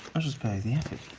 i'll just spare you the effort.